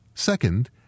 Second